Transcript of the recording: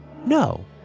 No